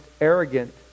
arrogant